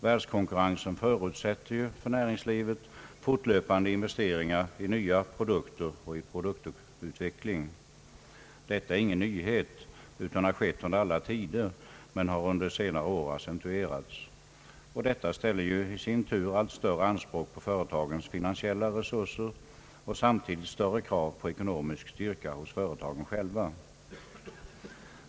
Världskonkurrensen förutsätter nu för näringslivet fortlöpande investeringar i nya produkter och produktutveckling. Detta är ingen nyhet utan har skett under alla tider men har accentuerats under senare år. Detta ställer i sin tur allt större anspråk på företagens finansiella resurser och samtidigt större krav på ekonomisk styrka hos företagen själva.